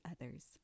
others